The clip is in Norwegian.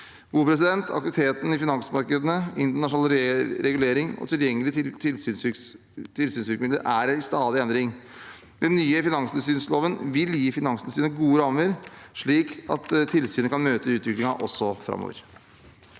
området. Aktiviteten i finansmarkedene, internasjonal regulering og tilgjengelige tilsynsvirkemidler er i stadig endring. Den nye finanstilsynsloven vil gi Finanstilsynet gode rammer, slik at tilsynet kan møte utviklingen også framover.